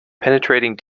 penetrating